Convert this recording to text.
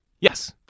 Yes